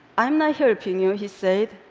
i'm not helping you, he said.